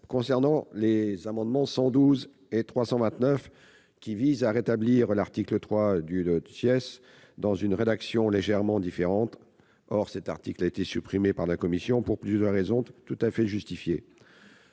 similaire. Les amendements n 112 rectifié et 329 visent à rétablir l'article 3, dans une rédaction légèrement différente. Or cet article a été supprimé par la commission pour plusieurs raisons tout à fait justifiées.